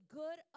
good